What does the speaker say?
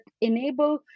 enable